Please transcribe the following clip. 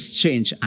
change